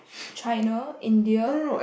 China India